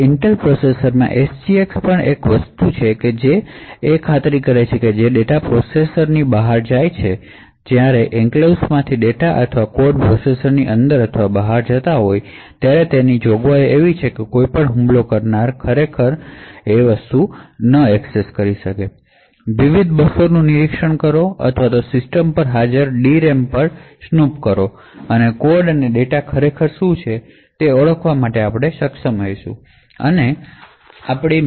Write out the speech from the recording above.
હવે ઇન્ટેલ પ્રોસેસરમાં SGX પણ એક વસ્તુ જે પ્રાપ્ત કરે છે તે એ છે કે તે ખાતરી કરે છે કે જ્યારે ડેટા પ્રોસેસરની બહાર જાય છે જ્યારે એન્ક્લેવ્સ માંથી ડેટા અથવા કોડ પ્રોસેસરની અંદર અથવા બહાર જતા હોય છે ત્યારે તેની જોગવાઈઓ છે કે કોઈ પણ એતેકર વિવિધ બસોનું નિરીક્ષણ ન કરે અથવા સિસ્ટમ પર હાજર ડી રેમ પર સ્નૂપ ન કરે અને કોડ અને ડેટા શું છે તે ઓળખવા માટે સક્ષમ ન હોય